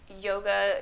Yoga